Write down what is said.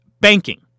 banking